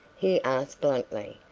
he asked bluntly,